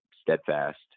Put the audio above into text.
steadfast